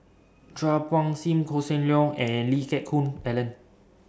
Chua Phung SIM Hossan Leong and Lee Geck Hoon Ellen